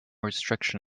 restriction